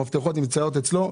המפתחות נמצאות אצלו.